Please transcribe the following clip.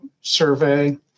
Survey